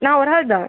நான் ஒரு ஆள் தான்